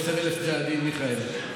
10,000 צעדים, מיכאל.